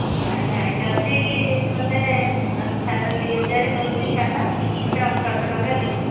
ନାହିଁ ନାହିଁ ଯଦି ମୋତେ ଛାଡ଼ ଦୁଇ ହଜାର କହୁଛି ଛାଡ଼ ମୋତେ ଅଠର ଶହ ଟଙ୍କା ଦେବେ